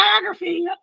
biography